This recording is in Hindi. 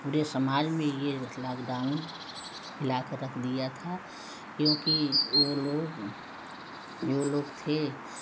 पूरे समाज में यह लॉकडाउन हिला कर रख दिया था क्योंकि वह लोग जो लोग थे